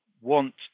want